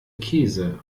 käse